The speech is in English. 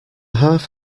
half